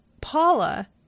Paula